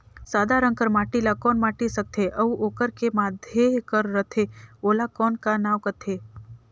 सादा रंग कर माटी ला कौन माटी सकथे अउ ओकर के माधे कर रथे ओला कौन का नाव काथे?